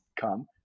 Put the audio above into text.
come